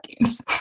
games